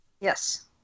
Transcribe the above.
Yes